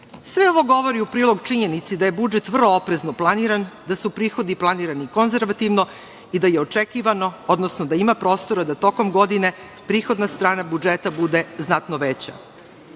Sve ovo govori u prilog činjenici da je budžet vrlo oprezno planiran, da su prihodi planirani konzervativno i da je očekivano, odnosno da ima prostora da tokom godine prihodna strana budžeta bude znatno veća. Ono